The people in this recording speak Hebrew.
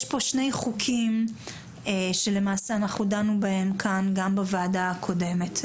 יש פה שני חוקים שלמעשה אנחנו דנו בהם כאן גם בוועדה הקודמת,